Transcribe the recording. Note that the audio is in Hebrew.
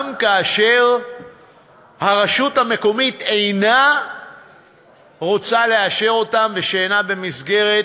כאשר הרשות המקומית אינה רוצה לאשר אותן והן אינן במסגרת